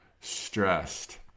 stressed